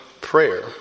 prayer